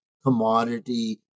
Commodity